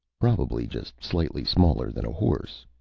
probably just slightly smaller than a horse,